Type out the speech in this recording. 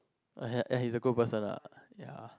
he's a good person lah ya